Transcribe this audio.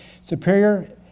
superior